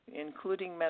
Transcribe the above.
including